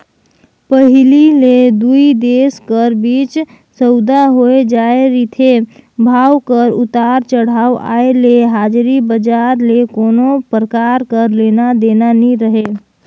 पहिली ले दुई देश कर बीच सउदा होए जाए रिथे, भाव कर उतार चढ़ाव आय ले हाजरी बजार ले कोनो परकार कर लेना देना नी रहें